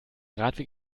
radweg